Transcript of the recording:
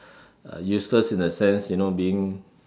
uh useless in the sense you know being